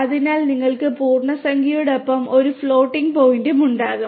അതിനാൽ നിങ്ങൾക്ക് പൂർണ്ണസംഖ്യയോടൊപ്പം ഒരു ഫ്ലോട്ടിംഗ് പോയിന്റും ഉണ്ടാകും